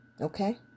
Okay